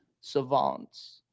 savants